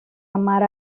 amar